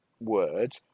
word